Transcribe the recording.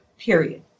period